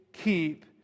keep